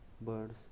birds